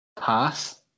pass